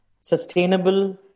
sustainable